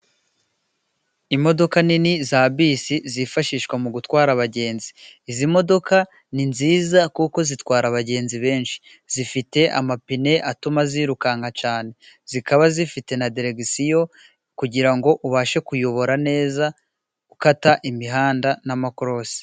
Imodoka nini za bisi zifashishwa mu gutwara abagenzi. izi modoka ni nziza kuko zitwara abagenzi benshi. Zifite amapine atuma zirukanka cyane, zikaba zifite na deregisiyo kugirango ubashe kuyobora neza ukata imihanda n'amakorosi.